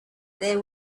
there